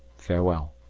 farewell.